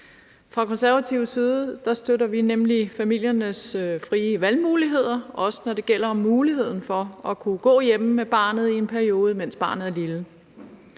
Fra konservativ side støtter vi nemlig familiernes frie valgmuligheder, også når det gælder muligheden for at kunne gå hjemme med barnet i en periode, mens barnet er lille.